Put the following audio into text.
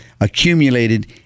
accumulated